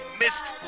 missed